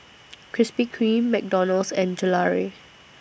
Krispy Kreme McDonald's and Gelare